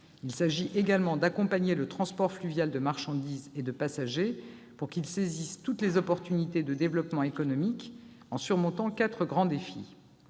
Il s'agit également d'accompagner le transport fluvial de marchandises et de passagers pour qu'il saisisse toutes les opportunités de développement économique, en surmontant quatre grands défis.